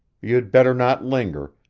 you'd better not linger,